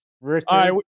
Richard